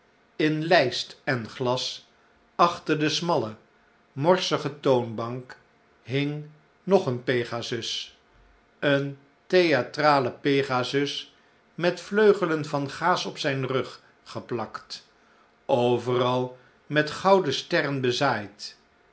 in lijst en glas achter de smalle morsige toonbank hing nog een pegasus een theatrale pegasus met vleugelen van gaas op zijn rug geplakt overal met gouden sterren bezaaid